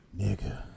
Nigga